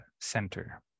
center